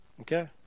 Okay